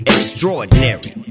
Extraordinary